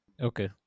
Okay